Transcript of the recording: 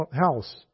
house